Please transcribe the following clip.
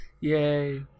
Yay